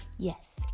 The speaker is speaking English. Yes